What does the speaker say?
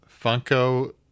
Funko